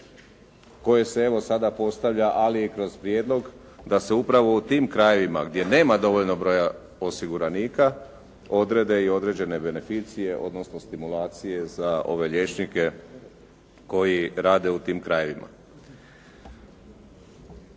koje se evo sada postavlja, ali i kroz prijedlog, da se upravo u tim krajevima gdje nema dovoljno broja osiguranika, odrede i određene beneficije, odnosno stimulacije za ove liječnike koji rade u tim krajevima.